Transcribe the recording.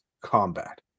combat